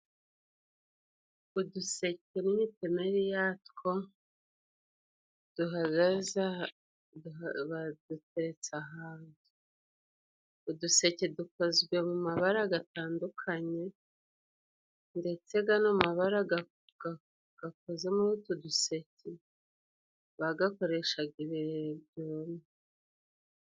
Uduseke n'imitemeri yatwo duhagaze baduteretse ahantu. Uduseke dukozwe mu mabara gatandukanye ndetse gano mabara gakoze muri utu duseke bagakoreshaga ibirere by'umye.